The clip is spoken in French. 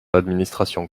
l’administration